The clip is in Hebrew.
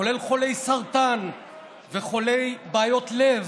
כולל חולי סרטן וחולים עם בעיות לב.